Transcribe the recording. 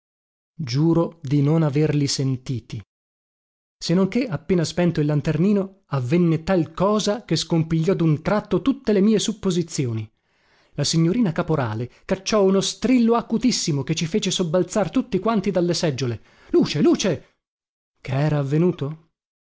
giuro di non averli sentiti se non che appena spento il lanternino avvenne tal cosa che scompigliò dun tratto tutte le mie supposizioni la signorina caporale cacciò uno strillo acutissimo che ci fece sobbalzar tutti quanti dalle seggiole luce luce che era avvenuto